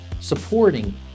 supporting